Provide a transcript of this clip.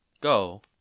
Go